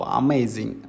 amazing